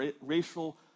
racial